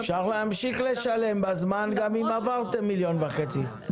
אפשר להמשיך לשלם בזמן גם אם עברתם את המיליון וחצי,